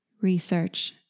research